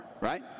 right